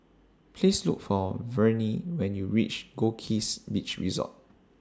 Please Look For Vernie when YOU REACH Goldkist Beach Resort